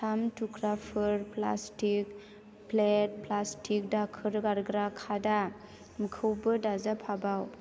थाम थुख्राफोर लाप्लास्ट पेदेल प्लास्टिक दाखोर गारग्रा खादाखौबो दाजाबफाबाव